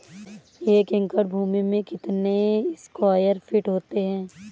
एक एकड़ भूमि में कितने स्क्वायर फिट होते हैं?